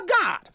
god